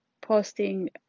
posting